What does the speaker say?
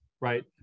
right